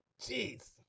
jeez